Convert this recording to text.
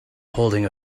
holding